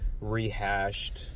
rehashed